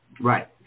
Right